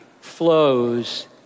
flows